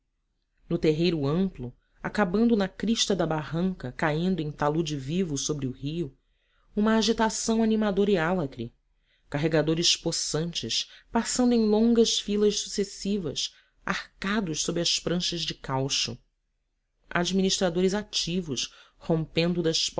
no terreiro amplo acabando na crista da barranca caindo em talude vivo sobre o rio uma agitação animadora e álacre carregadores possantes passando em longas filas sucessivas arcados sob as pranchas de caucho administradores ativos rompendo das